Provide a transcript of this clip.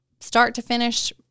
start-to-finish